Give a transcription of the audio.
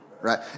right